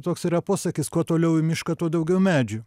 toks yra posakis kuo toliau į mišką tuo daugiau medžių